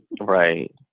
Right